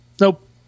Nope